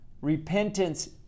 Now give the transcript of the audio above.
Repentance